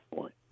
point